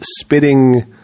spitting